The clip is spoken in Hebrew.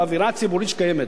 באווירה הציבורית שקיימת,